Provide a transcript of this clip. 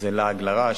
זה לעג לרש.